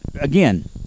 again